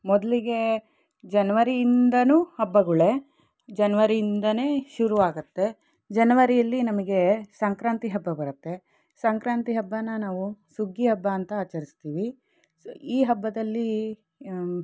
ಮೊದಲಿಗೆ ಜನ್ವರಿಯಿಂದನೂ ಹಬ್ಬಗಳೇ ಜನ್ವರಿಯಿಂದನೇ ಶುರುವಾಗತ್ತೆ ಜನವರಿಯಲ್ಲಿ ನಮಗೆ ಸಂಕ್ರಾಂತಿ ಹಬ್ಬ ಬರತ್ತೆ ಸಂಕ್ರಾಂತಿ ಹಬ್ಬನ ನಾವು ಸುಗ್ಗಿ ಹಬ್ಬ ಅಂತ ಆಚರಿಸ್ತೀವಿ ಸೊ ಈ ಹಬ್ಬದಲ್ಲಿ